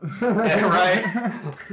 right